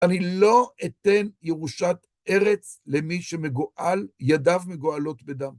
אני לא אתן ירושת ארץ למי שידיו מגועלות בדם.